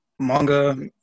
Manga